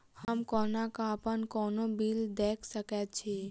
हम कोना कऽ अप्पन कोनो बिल देख सकैत छी?